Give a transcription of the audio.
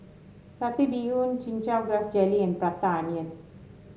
satay bee yoon Chin Chow Grass Jelly and Prata Onion